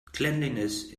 cleanliness